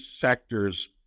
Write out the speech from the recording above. sectors